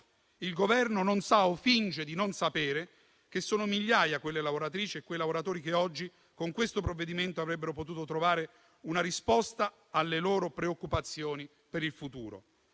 Il Governo non sa o finge di non sapere che sono migliaia quelle lavoratrici e quei lavoratori che oggi, con questo provvedimento, avrebbero potuto trovare una risposta alle loro preoccupazioni per il futuro,